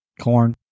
corn